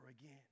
again